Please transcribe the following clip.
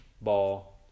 ball